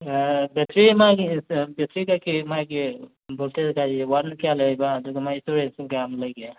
battery ꯃꯥꯒꯤ battery ꯀꯩꯀꯩ ꯃꯥꯒꯤ ꯚꯣꯜꯇꯦꯖ ꯀꯩꯀꯥ ꯋꯥꯠꯅ ꯀꯌꯥ ꯂꯩꯔꯤꯕ ꯑꯗꯨꯒ ꯃꯥꯒꯤ ꯁ꯭ꯇꯣꯔꯦꯖꯅ ꯀ꯭ꯌꯥꯝ ꯂꯩꯒꯦ